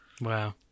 Wow